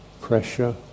pressure